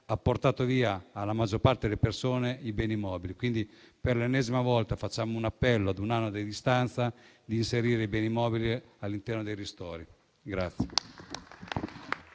ha portato via alla maggior parte delle persone i beni mobili. Quindi, per l'ennesima volta, facciamo un appello, ad un anno di distanza, per inserire i beni mobili all'interno dei ristori.